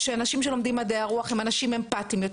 שאלה לפני, בבקשה.